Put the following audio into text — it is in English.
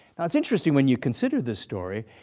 now it's interesting when you consider this story.